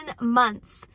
months